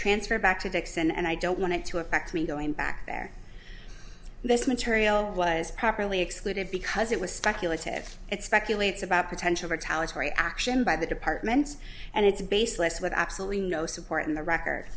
transferred back to texas and i don't want to affect me going back there this material was properly excluded because it was speculative it speculates about potential retaliatory action by the departments and it's baseless with absolutely no support in the record